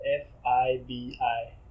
F-I-B-I